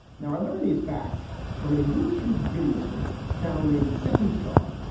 now, i learned these facts from a youtube video channel named second star,